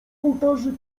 ołtarzyk